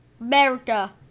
America